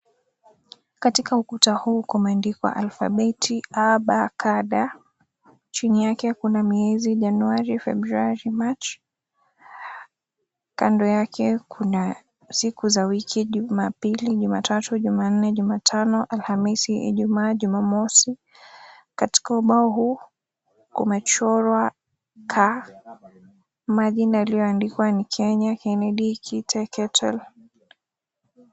Katika ukuta huu kumeandikwa alfabeti ABCD. Chini yake kuna miezi Januwari, Febrwari, Machi. Kando yake kuna siku za wiki Jumapili, Jumatatu, Jumanne, Jumatano, Alhamisi, Ijumaa, Jumamosi. Katika ubao huu kumechorwa kaa. Majina yaliyoandikwa ni Kenya Kennedy Chite Cattle.